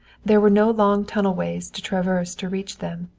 there were no long tunneled ways to traverse to reach them.